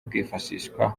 bwifashishwa